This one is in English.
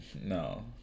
No